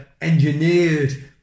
engineered